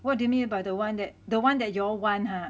what do you mean by the one that the one that you all want !huh!